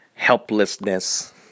helplessness